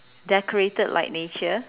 decorated like nature